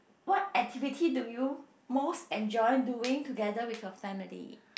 what activity do you most enjoy doing together with your family